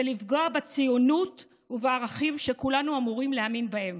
ולפגוע בציונות ובערכים שכולנו אמורים להאמין בהם.